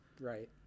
Right